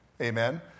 Amen